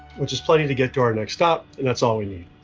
which is plenty to get to our next stop. and that's all we need.